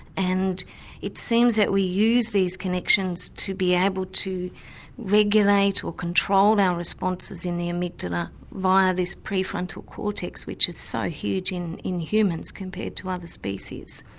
and it seems that we use these connections to be able to regulate or control our responses in the amygdala via this pre-frontal cortex which is so huge in in humans compared to other species.